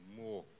more